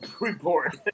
report